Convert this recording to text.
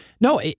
No